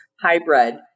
hybrid